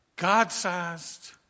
God-sized